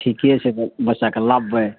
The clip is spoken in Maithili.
ठीके छै तऽ बच्चाके लाबबै